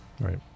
Right